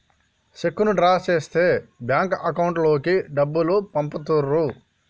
చెక్కును డ్రా చేస్తే bank account లోకి డబ్బులు పంపుతుర్రు